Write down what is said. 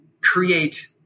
create